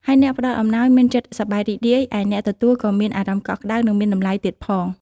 ហើយអ្នកផ្តល់អំណោយមានចិត្តសប្បាយរីករាយ ឯអ្នកទទួលក៏មានអារម្មណ៍កក់ក្តៅ និងមានតម្លៃទៀតផង។